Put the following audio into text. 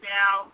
now